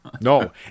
No